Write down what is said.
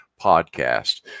podcast